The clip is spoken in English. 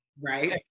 right